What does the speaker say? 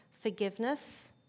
forgiveness